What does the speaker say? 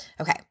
Okay